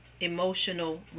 emotional